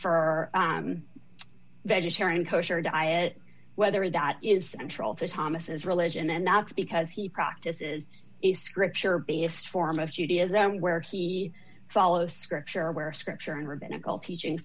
for vegetarian kosher diet whether it is central to thomas's religion and that's because he practices a scripture based form of judaism where he follows scripture where scripture and rabbinical teaching